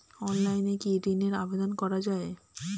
অনলাইনে কি ঋনের আবেদন করা যায়?